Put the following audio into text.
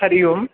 हरिओम्